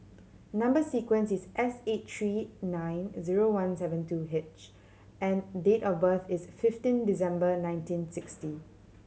number sequence is S eight three nine zero one seven two H and date of birth is fifteen December nineteen sixty